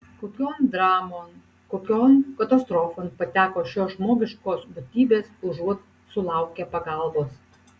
kokion dramon kokion katastrofon pateko šios žmogiškos būtybės užuot sulaukę pagalbos